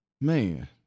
man